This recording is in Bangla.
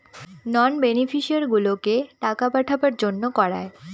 নন বেনিফিশিয়ারিগুলোকে টাকা পাঠাবার জন্য করায়